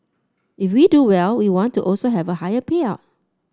if we do well we want to also have a higher payout